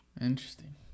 Interesting